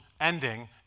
ending